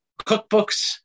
cookbooks